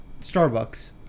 Starbucks